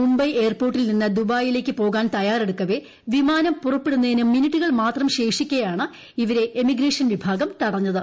മുംബൈ വിമാനത്താവളത്തിൽ നിന്ന് ദുബായിലേക്ക് പോകാൻ തയ്യാറെടുക്കവേ വിമാനം പുറപ്പെടുന്നതിന് മിനിറ്റുകൾ മാത്രം ശേഷിക്കെയാണ് ഇവരെ എമിഗ്രേഷൻ വിഭാഗം തടഞ്ഞത്